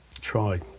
try